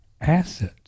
acid